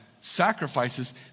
sacrifices